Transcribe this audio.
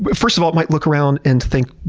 but first of all, it might look around and think,